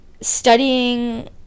studying